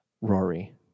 Rory